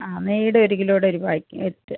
ആ നെയ്യുടെ ഒരു കിലോയുടെയൊരു പായ്ക്കറ്റ്